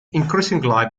increasingly